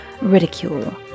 ridicule